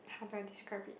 how do I describe it